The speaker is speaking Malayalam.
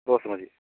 റോസുമതി